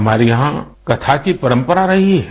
हमारे यहाँ कथा की परंपरा रही है